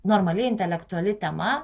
normali intelektuali tema